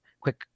quick